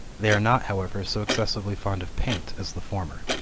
they are not, however, so excessively fond of paint as the former.